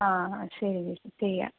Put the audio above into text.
ആ ആ ശരിയേച്ചി ചെയ്യാം